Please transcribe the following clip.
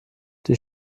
die